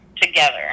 together